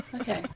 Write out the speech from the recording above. Okay